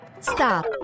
Stop